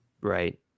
Right